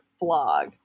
blog